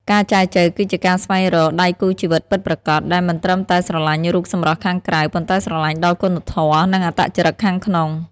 ការចែចូវគឺជាការស្វែងរក "ដៃគូជីវិតពិតប្រាកដ" ដែលមិនត្រឹមតែស្រឡាញ់រូបសម្រស់ខាងក្រៅ ប៉ុន្តែស្រឡាញ់ដល់គុណធម៌ និងអត្តចរិតខាងក្នុង។